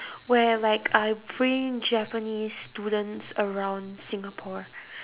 where like I bring japanese students around singapore